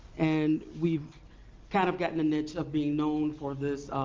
and we've kind of gotten the niche of being known for this